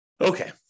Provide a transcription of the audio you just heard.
Okay